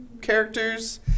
characters